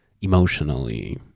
emotionally